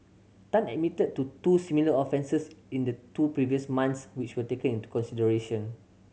Tan admitted to two similar offences in the two previous months which were taken into consideration